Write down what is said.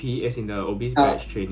B_M_T is a phase actually